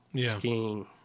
Skiing